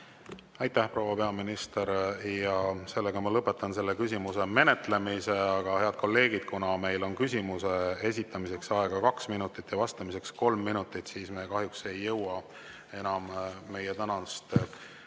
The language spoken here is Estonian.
Aitäh, proua peaminister! Lõpetan selle küsimuse menetlemise. Aga, head kolleegid, kuna meil on küsimuse esitamiseks aega kaks minutit ja vastamiseks kolm minutit, siis me kahjuks ei jõua enam meie tänast